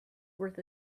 worth